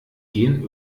gehen